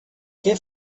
què